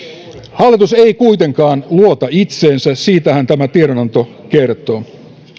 hallitus ei kuitenkaan luota itseensä siitähän tämä tiedonanto kertoo